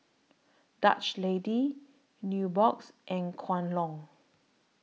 Dutch Lady Nubox and Kwan Loong